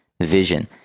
vision